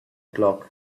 flock